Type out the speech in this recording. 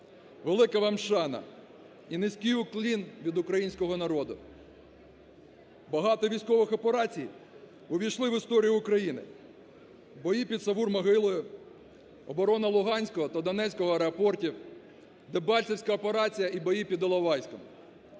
Велика вам шана і низький уклін від українського народу! Багато військових операцій увійшли в історію України: бої під Савур-Могилою, оборона Луганського та Донецького аеропортів, Дебальцевська операція і бої під Іловайськом.